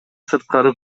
сырткары